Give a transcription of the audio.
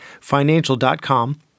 financial.com